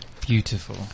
Beautiful